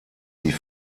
die